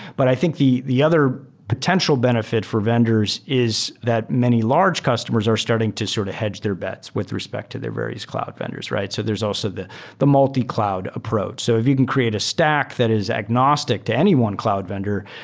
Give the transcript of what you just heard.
but i think the the other potential benefit for vendors is that many large customers are starting to sort of hedge their bets with respect to their various cloud vendors, right? so there's also the the multi cloud approach. so you can create a stack that is agnostic to any one cloud vendor.